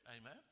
Amen